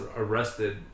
arrested